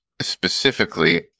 Specifically